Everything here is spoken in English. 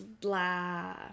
Blah